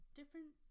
different